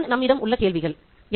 இவைகள்தான் நம்மிடம் உள்ள கேள்விகள்